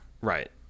Right